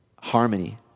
harmony